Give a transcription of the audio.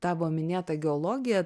tavo minėtą geologija